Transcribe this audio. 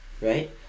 right